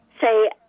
say